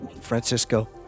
Francisco